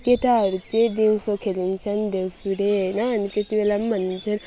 अनि केटाहरू चाहिँ देउसी खेलिन्छन् देउसुरे होइन अनि त्यति बेला पनि भनिन्छन्